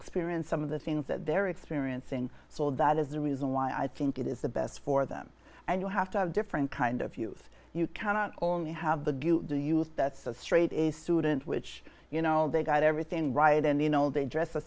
experienced some of the things that they're experiencing so that is the reason why i think it is the best for them and you have to have different kind of youth you cannot only have the do use that's a straight a student which you know they got everything right and you know they dress a